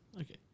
Okay